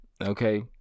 Okay